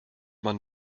man